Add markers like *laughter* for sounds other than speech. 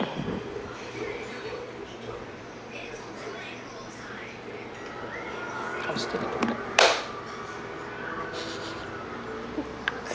*laughs*